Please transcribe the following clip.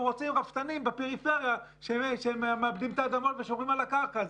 רוצים רפתנים בפריפריה שמעבדים את האדמה ושומרים על הקרקע?